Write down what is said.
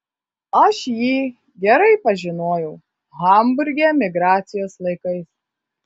aš jį gerai pažinojau hamburge emigracijos laikais